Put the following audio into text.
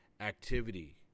activity